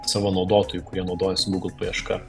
savo naudotojų kurie naudojasi google paieška